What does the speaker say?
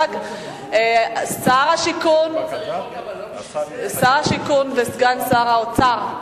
שר השיכון וסגן שר האוצר,